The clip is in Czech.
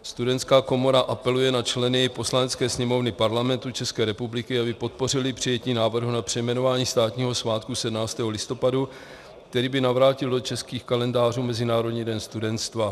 Studentská komora apeluje na členy Poslanecké sněmovny Parlamentu České republiky, aby podpořili přijetí návrhu na přejmenování státního svátku 17. listopadu, který by navrátil do českých kalendářů Mezinárodní den studentstva.